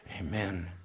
Amen